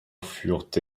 furent